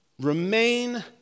remain